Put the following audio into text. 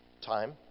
time